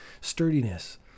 sturdiness